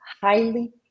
Highly